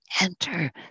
Enter